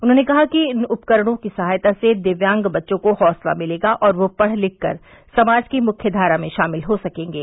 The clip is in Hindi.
उन्होंने कहा कि इन उपकरणों की सहायता से दिव्यांग बच्चों को हौसला मिलेगा और वह पढ़ लिखकर समाज की मुख्य धारा में शामिल हो सकेंगे